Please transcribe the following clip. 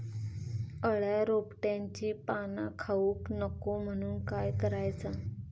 अळ्या रोपट्यांची पाना खाऊक नको म्हणून काय करायचा?